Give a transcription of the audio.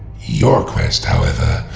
your quest, however,